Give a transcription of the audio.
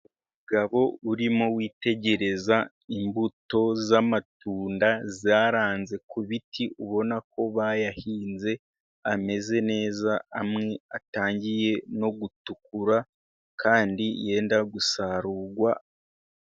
Umugabo urimo witegereza imbuto z'amatunda zaranze ku biti, ubona ko bayahinze ameze neza, amwe atangiye no gutukura, kandi yenda gusarurwa.